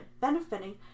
benefiting